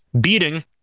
beating